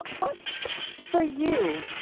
what for you,